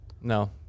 No